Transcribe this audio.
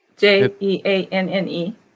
J-E-A-N-N-E